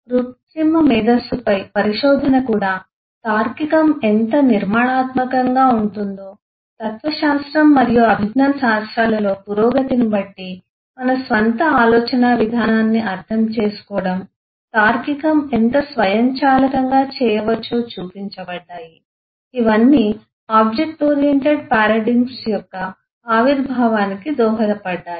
కృత్రిమ మేధస్సుపై పరిశోధన కూడా తార్కికం ఎంత నిర్మాణాత్మకంగా ఉంటుందో తత్వశాస్త్రం మరియు అభిజ్ఞా శాస్త్రాలలో పురోగతిని బట్టి మన స్వంత ఆలోచనా విధానాన్ని అర్థం చేసుకోవడం తార్కికం ఎంత స్వయంచాలకంగా చేయవచ్చో చూపించబడ్డాయి ఇవన్నీ ఆబ్జెక్ట్ ఓరియెంటెడ్ పారాడిగ్మ్స్ యొక్క ఆవిర్భావానికి దోహదపడ్డాయి